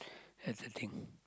that's the thing